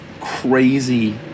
crazy